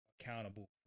accountable